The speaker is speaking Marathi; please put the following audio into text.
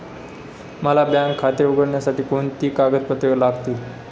मला बँक खाते उघडण्यासाठी कोणती कागदपत्रे लागतील?